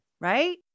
right